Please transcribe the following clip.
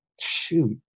shoot